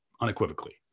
unequivocally